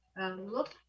look